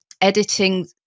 editing